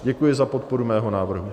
Děkuji za podporu mého návrhu.